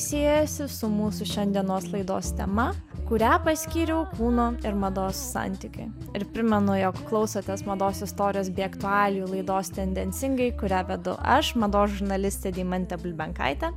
siejasi su mūsų šiandienos laidos tema kurią paskyriau kūno ir mados santykį ir primenu jog klausotės mados istorijos bei aktualijų laidos tendencingai kurią vedu aš mados žurnalistė deimantė bulbenkaitė